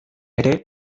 ere